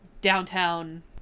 downtown